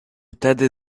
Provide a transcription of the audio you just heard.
tedy